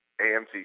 AMC